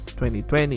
2020